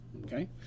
Okay